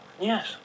Yes